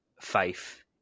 faith